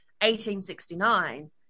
1869